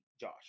Josh